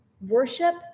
Worship